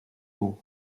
haut